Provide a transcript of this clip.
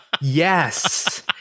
Yes